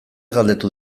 galdetu